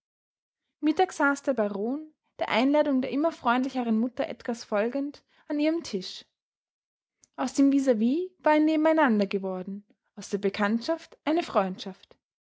der baron der einladung der immer freundlicheren mutter edgars folgend an ihrem tisch aus dem vis vis war ein nebeneinander geworden aus der bekanntschaft eine freundschaft